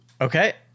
Okay